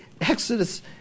exodus